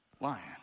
lion